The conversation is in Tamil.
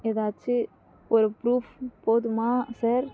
எதாச்சு ஒரு ப்ரூஃப் போதுமா சார்